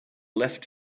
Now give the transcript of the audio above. left